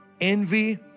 Envy